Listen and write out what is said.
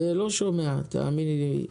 לא שומע תאמיני לי,